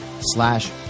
slash